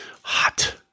hot